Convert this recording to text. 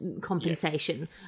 compensation